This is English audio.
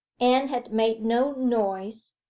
anne had made no noise,